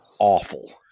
awful